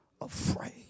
afraid